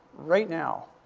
right now.